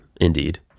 indeed